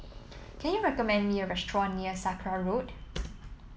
can you recommend me a restaurant near Sakra Road